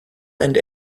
and